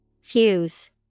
Fuse